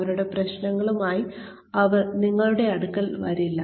അവരുടെ പ്രശ്നങ്ങളുമായി അവർ നിങ്ങളുടെ അടുക്കൽ വരില്ല